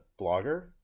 blogger